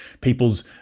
people's